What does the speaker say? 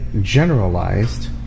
generalized